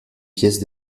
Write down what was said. pièces